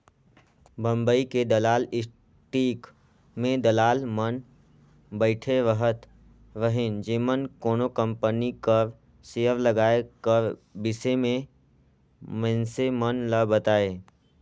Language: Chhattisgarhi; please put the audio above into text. बंबई के दलाल स्टीक में दलाल मन बइठे रहत रहिन जेमन कोनो कंपनी कर सेयर लगाए कर बिसे में मइनसे मन ल बतांए